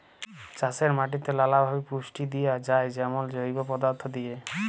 চাষের মাটিতে লালাভাবে পুষ্টি দিঁয়া যায় যেমল জৈব পদাথ্থ দিঁয়ে